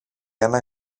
ένα